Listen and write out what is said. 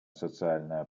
социальная